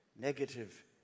negative